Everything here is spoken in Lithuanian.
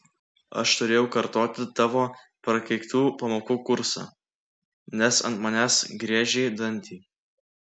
aš turėjau kartoti tavo prakeiktų pamokų kursą nes ant manęs griežei dantį